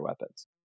weapons